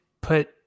put